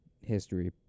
history